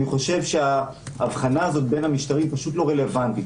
אני חושב שההבחנה הזו בין המשטרים פשוט לא רלוונטית